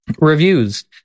reviews